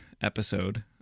episode